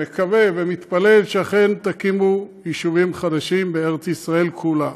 מקווה ומתפלל שאכן תקימו יישובים חדשים בארץ ישראל כולה.